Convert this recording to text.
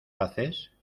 haces